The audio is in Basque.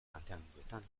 planteamenduetan